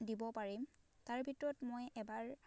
দিব পাৰিম তাৰ ভিতৰত মই এবাৰ